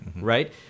right